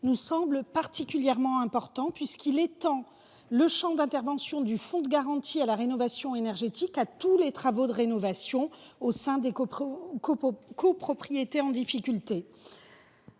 nous semble particulièrement important en ce qu’il étend le champ d’intervention du fonds de garantie pour la rénovation énergétique à l’ensemble des travaux de rénovation des copropriétés en difficulté.